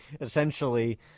essentially